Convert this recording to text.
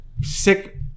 Sick